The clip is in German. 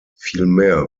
vielmehr